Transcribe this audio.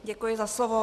Děkuji za slovo.